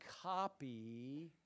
copy